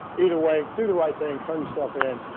either way, do the right thing, turn yourself in.